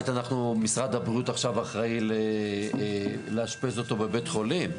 משרד הבריאות עכשיו אחראי לאשפז אותו בבית חולים.